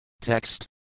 Text